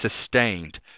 sustained